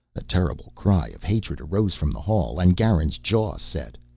a terrible cry of hatred arose from the hall, and garin's jaw set.